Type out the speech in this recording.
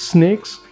Snakes